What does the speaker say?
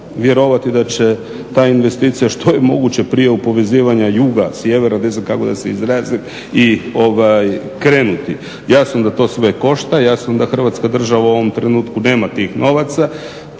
vjerovati da će ta investicija što je moguće prije u povezivanja juga, sjevera ne znam kako da se izrazim i krenuti. Jasno da to sve košta, jasno da hrvatska država u ovom trenutku nema tih novaca.